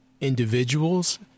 individuals